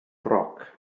roc